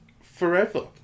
forever